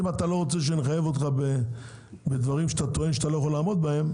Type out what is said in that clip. אם אתה לא רוצה שנחייב אותך בדברים שאתה טוען שאתה לא יכול לעמוד בהם,